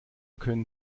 können